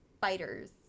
fighters